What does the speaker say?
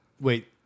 Wait